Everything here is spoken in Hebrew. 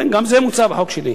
כן, גם זה מוצע בחוק שלי.